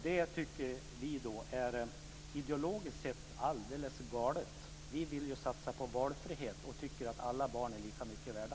Vi tycker att det är ideologiskt sett alldeles galet. Vi vill ju satsa på valfrihet, och vi tycker att alla barn är lika mycket värda.